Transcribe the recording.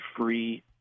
free